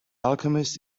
alchemist